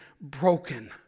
broken